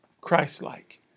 Christ-like